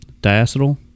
Diacetyl